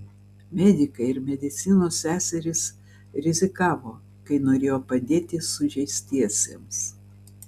medikai ir medicinos seserys rizikavo kai norėjo padėti sužeistiesiems